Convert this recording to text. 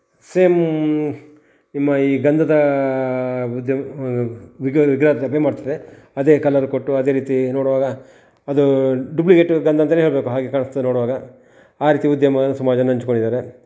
same ನಿಮ್ಮ ಈ ಗಂಧದ ಉದ್ಯಮ ವಿಗ್ರಹ ವಿಗ್ರಹ ಥರನೇ ಮಾಡ್ತಾರೆ ಅದೇ ಕಲರ್ ಕೊಟ್ಟು ಅದೇ ರೀತಿ ನೋಡುವಾಗ ಅದು ಡುಪ್ಲಿಕೇಟ್ ಗಂಧ ಅಂತನೇ ಹೇಳಬೇಕು ಹಾಗೆ ಕಾಣಿಸ್ತದೆ ನೋಡುವಾಗ ಆ ರೀತಿ ಉದ್ಯಮನ ಸುಮಾರು ಜನ ಹಂಚ್ಕೊಂಡಿದ್ದಾರೆ